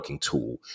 tool